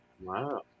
Wow